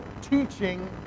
teaching